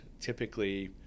typically